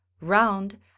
round